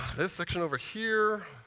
this section over here.